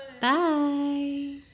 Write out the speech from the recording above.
Bye